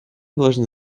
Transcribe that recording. должны